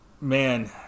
man